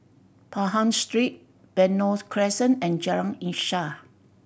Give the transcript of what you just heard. Pahang Street Benoi Crescent and Jalan Insaf